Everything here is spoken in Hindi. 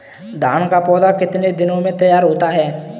धान का पौधा कितने दिनों में तैयार होता है?